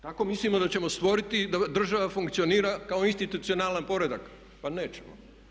Tako mislimo da će stvoriti da država funkcionira kao institucionalan poredak, pa nećemo.